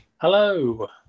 Hello